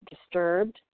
disturbed